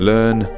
Learn